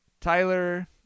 Tyler